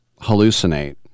hallucinate